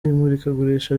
imurikagurisha